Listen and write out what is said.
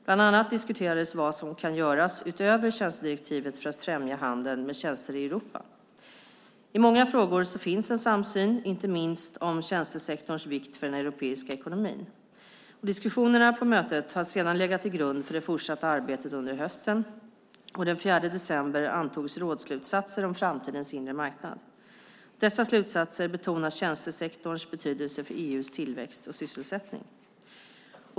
Bland annat diskuterades vad som kan göras, utöver tjänstedirektivet, för att främja handeln med tjänster i Europa. I många frågor finns en samsyn, inte minst om tjänstesektorns vikt för den europeiska ekonomin. Diskussionerna på mötet har sedan legat till grund för det fortsatta arbetet under hösten, och den 4 december antogs rådsslutsatser om framtidens inre marknad. Dessa slutsatser betonar tjänstesektorns betydelse för EU:s tillväxt och sysselsättning.